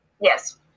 Yes